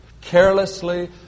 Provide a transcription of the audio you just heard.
carelessly